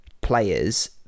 players